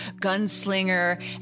gunslinger